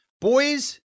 Boys